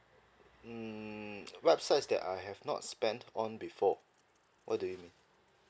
mm websites that I have not spend on before what do you mean